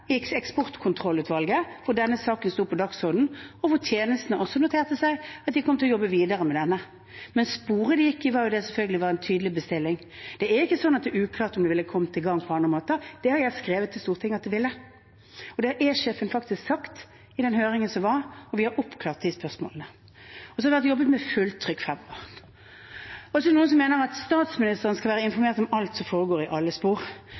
eksportkontrollutvalget der denne saken sto på dagsordenen, og der tjenestene noterte seg at de kom til å jobbe videre med denne. Sporet det gikk i, var selvfølgelig at det var en tydelig bestilling. Det er ikke sånn at det er uklart om det ville kommet i gang på annen måte. Det har jeg skrevet til Stortinget at det ville, det har E-sjefen også faktisk sagt i den høringen som var, og vi har oppklart de spørsmålene. Så har det vært jobbet med fullt trykk fremover. Det er noen som mener at statsministeren skal være informert om alt som foregår i alle spor.